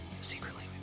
secretly